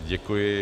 Děkuji.